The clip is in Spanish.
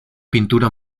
pintura